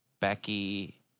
Becky